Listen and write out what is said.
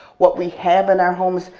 what we have in our homes,